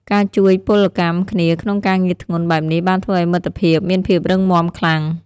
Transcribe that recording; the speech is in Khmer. ការជួយពលកម្មគ្នាក្នុងការងារធ្ងន់បែបនេះបានធ្វើឱ្យមិត្តភាពមានភាពរឹងមាំខ្លាំង។